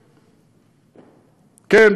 כן,